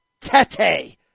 Tete